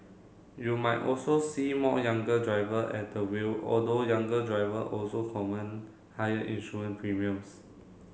you might also see more younger driver at the wheel although younger driver also command higher insurance premiums